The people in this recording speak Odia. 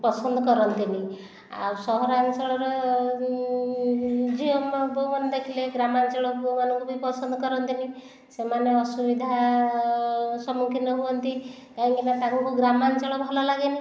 ପସନ୍ଦ କରନ୍ତି ନାହିଁ ଆଉ ସହରାଞ୍ଚଳର ଝିଅ ବୋହୂମାନେ ଦେଖିଲେ ଗ୍ରାମାଞ୍ଚଳର ପୁଅମାନଙ୍କୁ ବି ପସନ୍ଦ କରନ୍ତି ନାହିଁ ସେମାନେ ଅସୁବିଧା ସମ୍ମୁଖୀନ ହୁଅନ୍ତି କାହିଁକିନା ତାଙ୍କୁ ଗ୍ରାମାଞ୍ଚଳ ଭଲଲାଗେ ନାହିଁ